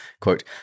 quote